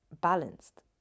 balanced